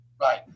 Right